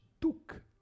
took